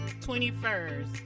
21st